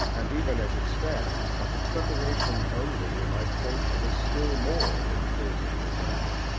and even as it stands but the preparation only, we might think, of a still more imposing design.